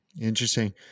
Interesting